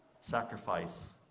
sacrifice